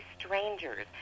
strangers